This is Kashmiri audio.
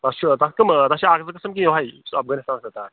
تۄہہِ چھُوا تۄہہِ کَم تۄہہِ چھُوا اَکھ زٕ قٕسٕم کِنہٕ یِہوٚے یُس افغٲنِستان